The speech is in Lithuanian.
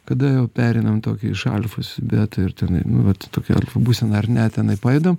kada jau pereinam tokį iš alfos į betą ir tenai nu vat tokia būsena ar ne tenai pajudam